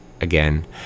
again